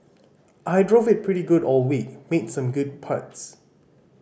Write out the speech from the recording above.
I drove it pretty good all week made some good putts